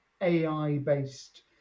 AI-based